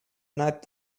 night